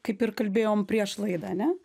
kaip ir kalbėjom prieš laidą ane